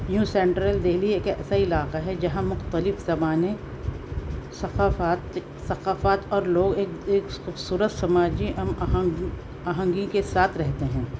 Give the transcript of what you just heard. یوں سینٹرل دہلی ایک ایسا علاقہ ہے جہاں مقتلف زبانیں ثقافت ثقافت اور لوگ ایک ایک خوبصورت سماجی آہنگ ہم آہنگی کے ساتھ رہتے ہیں